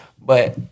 But-